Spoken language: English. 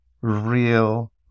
real